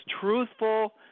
truthful